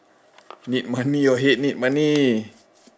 need money your head need money